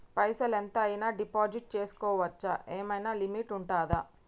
పైసల్ ఎంత అయినా డిపాజిట్ చేస్కోవచ్చా? ఏమైనా లిమిట్ ఉంటదా?